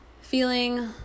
feeling